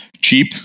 cheap